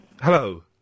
Hello